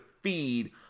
feed